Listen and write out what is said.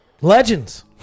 legends